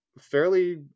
fairly